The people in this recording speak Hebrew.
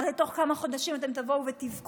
הרי תוך כמה חודשים אתם תבואו ותבכו: